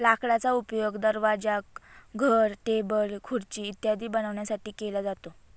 लाकडाचा उपयोग दरवाजा, घर, टेबल, खुर्ची इत्यादी बनवण्यासाठी केला जातो